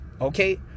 okay